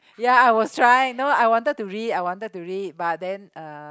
ya I was trying no I wanted to read I wanted to read but then uh